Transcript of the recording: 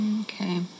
Okay